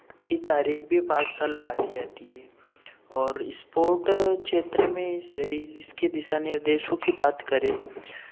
की तारीख भी पाँच साल बाद ही आती है और स्पोर्ट क्षेत्र में इसके दिशा निर्देशों की बात करें